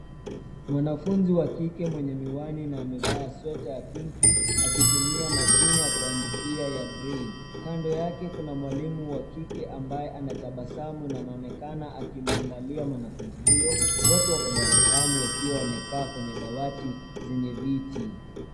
Mwanafunzinwa kike mwenye miwani na amevaa sweta ya pinki akitumia mashine ya kuanfikia ya breli. Kando yake kuna mwalimu wa kike ambaye anatabasamu na anaonekana akimwangalia mwanafunzi huyo. Wote wako darasani wakiwa wamekaa kqenye dawati yenye viti.